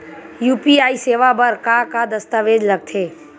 UPI सेवा बर का का दस्तावेज लगथे?